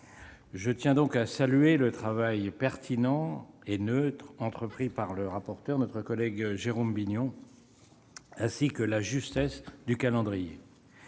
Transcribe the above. Je tiens donc à saluer le travail pertinent et neutre entrepris par le rapporteur, notre collègue Jérôme Bignon, ainsi que la justesse du calendrier.